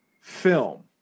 film